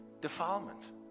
defilement